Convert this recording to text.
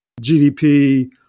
GDP